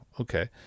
okay